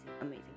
amazing